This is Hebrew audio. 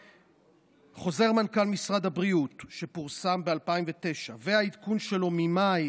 חוזר מנכ"ל משרד הבריאות שפורסם ב-2009 והעדכון שלו ממאי